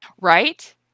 Right